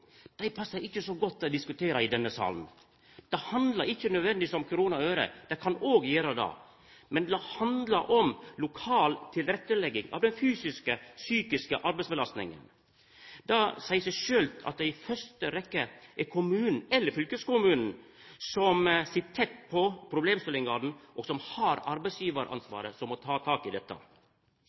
dei passar det ikkje så godt å diskutera i denne salen. Det handlar ikkje nødvendigvis om kroner og øre. Det kan det òg gjera, men det handlar om lokal tilrettelegging med tanke på den fysiske og psykiske arbeidsbelastninga. Det seier seg sjølv at det i fyrste rekkje er kommunen eller fylkeskommunen som sit tett på problemstillingane, og som har arbeidsgivaransvaret, som må ta tak i dette.